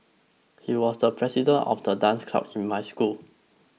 he was the president of the dance club in my school